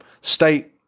state